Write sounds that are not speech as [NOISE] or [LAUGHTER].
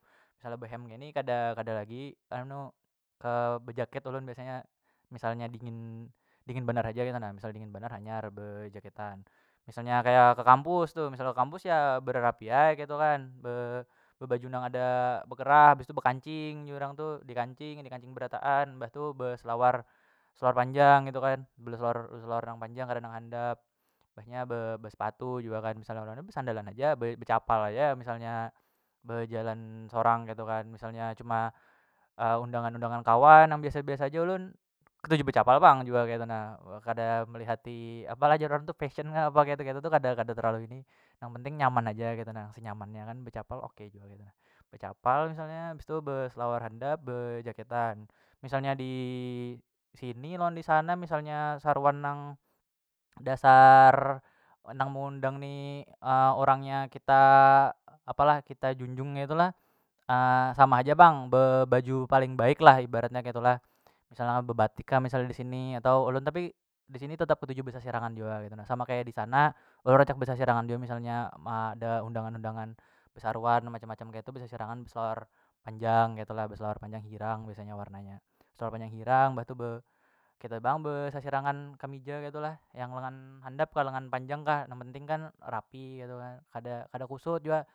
Misalnya behem keni kada- kada lagi anu kabejaket ulun biasanya misalnya dingin- dingin banar haja [UNINTELLIGIBLE] misal dingin dingin banar hanyar bejaketan misalnya kaya ke kampus tu misal ke kampus ya bererapi ai ketu kan be baju nang ada bekerah habis tu bekancing jar urang tu dikancing yang dikancing berataan mbah tu beselawar- beselawar panjang ketu kan beselawar- beselawar nang panjang kada nang handap mbahnya be besepatu jua kan misalnya [HESITATION] besandalan haja baya becapal aja misalnya bejalan sorang ketu kan misalnya cuma [HESITATION] undangan- undangan kawan nang biasa- biasa aja ulun ketuju becapal pang jua ketu na [HESITATION] kada melihati apalah jar urang tuh fesyen nga apa ketu- ketu tu kada- kada terlalu ni nang penting nyaman haja ketu na senyamannya kan becapal oke jua ketu na. Becapal misalnya bistu be selawar handap bejaketan misalnya disini lawan disana misalnya saruan nang dasar nang meundang ni [HESITATION] orang nya kita apa lah kita junjung ketu lah [HESITATION] sama haja pang be baju paling baiklah ibaratnya ketu lah misalnya bebatik kan misal disini atau ulun tapi disini tetap ketuju besasirangan jua ketu na sama kaya disana ulun rancak besasirangan jua misalnya ma da undangan- undangan besaruan macam- macam ketu besasirangan beselawar panjang ketu lah beselawar panjang hirang biasanya warnanya beselawar panjang hirang mbah tu be kita bang besasirangan kamija ketu lah yang lengan handap kah lengan panjang kah nang penting kan rapi ketu kan kada- kada kusut jua.